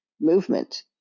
movement